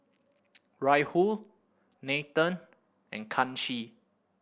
Rahul Nathan and Kanshi